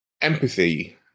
empathy